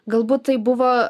galbūt tai buvo